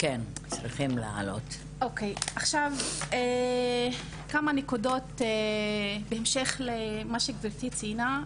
כמה נקודות, בהמשך למה שגברתי ציינה.